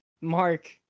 Mark